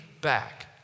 back